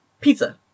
pizza